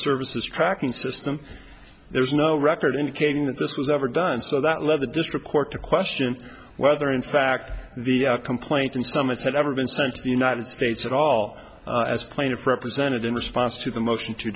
services tracking system there's no record indicating that this was ever done so that led the district court to question whether in fact the complaint in some attend never been sent to the united states at all as plaintiff represented in response to the motion to